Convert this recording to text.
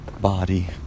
body